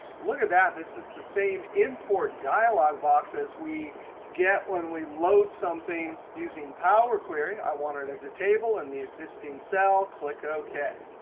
look at that. this is the same import dialog box as we get when we load something using power query. i want it as a table in the existing cell. click ok.